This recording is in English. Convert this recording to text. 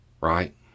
Right